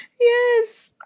Yes